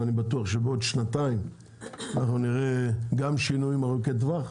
ואני בטוח שבעוד שנתיים אנחנו נראה גם שינויים ארוכי טווח,